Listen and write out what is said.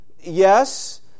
Yes